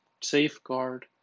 safeguard